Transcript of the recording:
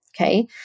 Okay